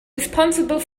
responsible